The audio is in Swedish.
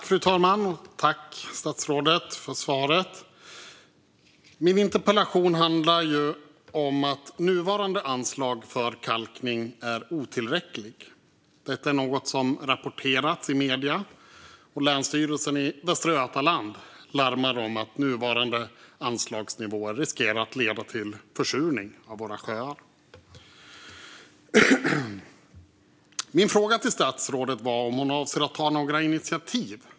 Fru talman! Tack, statsrådet, för svaret! Min interpellation handlar om att nuvarande anslag för kalkning är otillräckligt. Detta är något som rapporterats i medierna, och länsstyrelsen i Västra Götaland larmar om att nuvarande anslagsnivå riskerar att leda till försurning av våra sjöar. Min fråga till statsrådet var om hon avser att ta några initiativ.